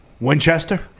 Winchester